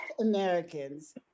Americans